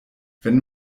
wenn